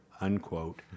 unquote